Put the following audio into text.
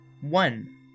one